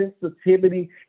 sensitivity